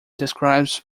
describes